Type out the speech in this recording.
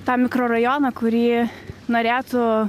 tą mikrorajoną kurį norėtų